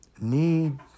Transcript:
need